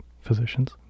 Physicians